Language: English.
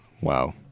Wow